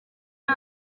ari